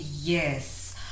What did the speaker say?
Yes